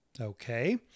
Okay